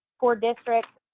for districts.